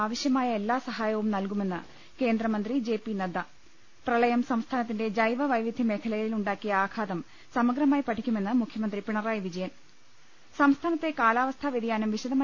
ആവശ്യമായ എല്ലാ സഹായവും നൽകുമെന്ന് കേന്ദ്രമന്ത്രി ജെ പി നദ്ദ പ്രളയം സംസ്ഥാനത്തിന്റെ ജൈവ വൈവിധ്യ മേഖലയി ലുണ്ടാക്കിയ ആഘാതം സമഗ്രമായി പഠിക്കുമെന്ന് മുഖ്യ മന്ത്രി പിണറായി വിജയൻ സംസ്ഥാനത്തെ കാലാവസ്ഥാ വ്യതിയാനം വിശദമായി